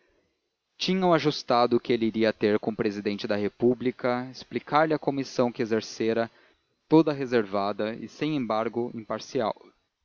tinham ajustado que ele iria ter com o presidente da república explicar lhe a comissão que exercera toda reservada e sem embargo imparcial